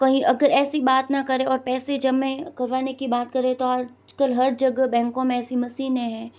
कहीं अगर ऐसी बात ना करे और पैसे जमा करवाने की बात करें तो आज कल हर जगह बैंकों में ऐसी मशीनें हैं